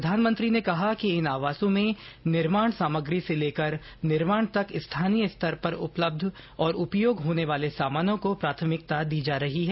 प्रधानमंत्री ने कहा कि इन आवासों में निर्माण सामग्री से लेकर निर्माण तक स्थानीय स्तर पर उपलब्ध और उपयोग होने वाले सामानों को प्राथमिकता दी जा रही है